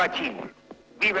my he